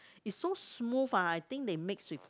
it's so smooth ah I think they mix with